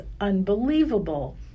unbelievable